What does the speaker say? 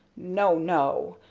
no, no.